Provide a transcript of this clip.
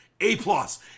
A-plus